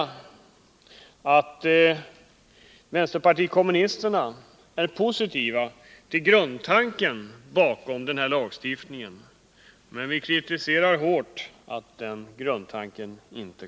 Detta näringsförbud skall kunna meddelas gäldenär som är näringsidkare.